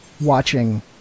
watching